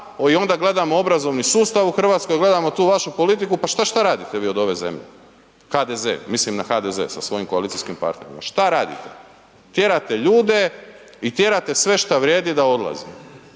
i onda gledamo obrazovni sustav u Hrvatskoj, gledamo tu vašu politiku, pa šta radite vi od ove zemlje, HDZ? Mislim na HDZ sa svojim koalicijskim partnerima. Šta radite? Tjerate ljude i tjerate sve šta vrijedi da odlazi